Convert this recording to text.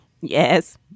Yes